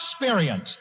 experience